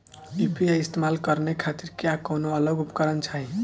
UPI इस्तेमाल करने खातिर क्या कौनो अलग उपकरण चाहीं?